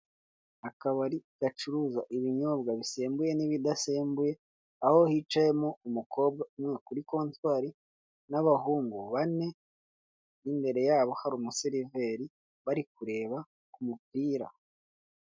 Akabari gacuruza ibinyobwa bisembuye n'ibidasembuye, aho hicayemo umukobwa umwe kuri kontwari n'abahungu bane n'imbere yabo hari umuseriveri bari kureba umupira.